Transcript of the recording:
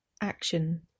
Action